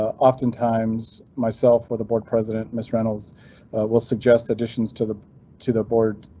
ah oftentimes myself with the board president, miss reynolds will suggest additions to the to the board,